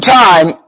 time